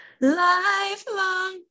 Lifelong